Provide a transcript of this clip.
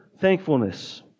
thankfulness